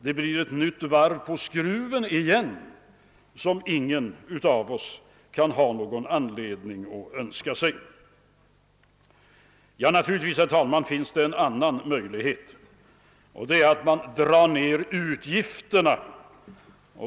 Det blir ett nytt varv på skruven igen, något som ingen av oss kan ha anledning att önska. Naturligtvis, herr talman, finns det en annan möjlighet, och det är att man drar ned utgifterna.